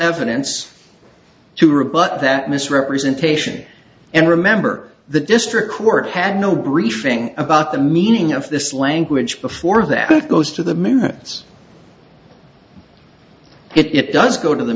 evidence to rebut that misrepresentation and remember the district court had no briefing about the meaning of this language before that it goes to the moons it does go to the